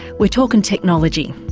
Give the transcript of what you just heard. we're talking technology.